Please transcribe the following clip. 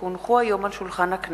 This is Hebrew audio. כי הונחו היום על שולחן הכנסת,